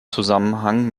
zusammenhang